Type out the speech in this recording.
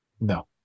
No